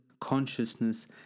consciousness